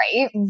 right